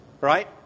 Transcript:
right